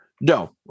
No